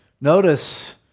notice